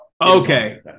Okay